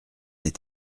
est